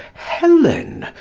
helen,